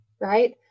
right